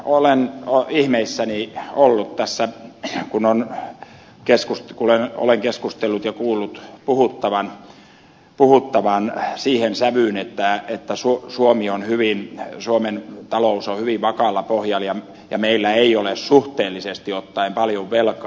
olen ihmeissäni ollut tässä kun olen keskustellut ja kuullut puhuttavan siihen sävyyn että suomen talous on hyvin vakaalla pohjalla ja meillä ei ole suhteellisesti ottaen paljon velkaa